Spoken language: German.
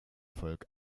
volk